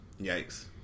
Yikes